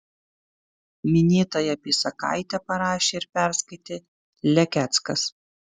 minėtąją apysakaitę parašė ir perskaitė lekeckas